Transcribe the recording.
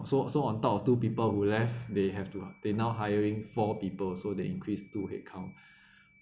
so so on top of two people who left they have to they now hiring four people so they increase two headcount